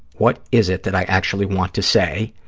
what is it that i actually want to say,